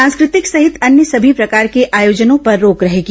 सांस्कृतिक सहित अन्य सभी प्रकार के आयोजनों पर रोक रहेगी